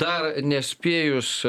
dar nespėjus